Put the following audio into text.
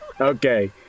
okay